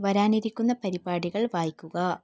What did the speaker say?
വരാനിരിക്കുന്ന പരിപാടികൾ വായിക്കുക